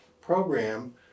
program